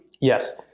yes